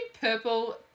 purple